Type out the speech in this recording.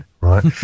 right